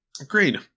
Agreed